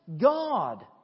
God